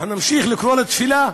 נמשיך לקרוא לתפילה.